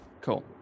Cool